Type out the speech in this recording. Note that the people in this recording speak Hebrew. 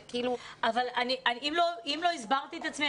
אם לא הסברתי את עצמי,